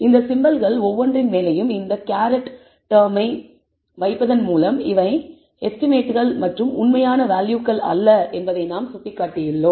இந்த சிம்பல்கள் ஒவ்வொன்றின் மேலேயும் இந்த கேரட்caret டெர்மை வைப்பதன் மூலம் இவை எஸ்டிமேட்கள் மற்றும் உண்மையான வேல்யூகள் அல்ல என்பதை நாம் சுட்டிக்காட்டியுள்ளோம்